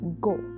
go